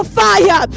fire